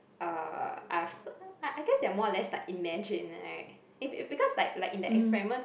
uh us I I guess they are more or less like imagined [right] if if because like like in the experiment